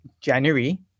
January